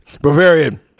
Bavarian